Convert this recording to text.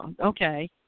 okay